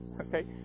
okay